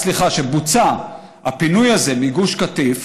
שבוצע הפינוי הזה מגוש קטיף,